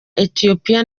ethiopia